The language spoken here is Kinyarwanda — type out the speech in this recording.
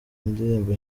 indirimbo